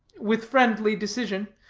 with friendly decision,